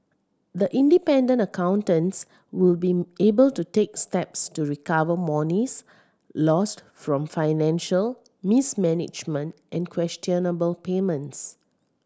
the independent accountants will be able to take steps to recover monies lost from financial mismanagement and questionable payments